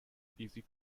easy